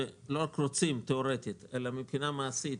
ולא רק רוצים תיאורטית אלא מבחינה מעשית